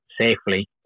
safely